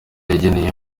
yageneye